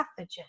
pathogen